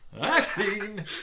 Acting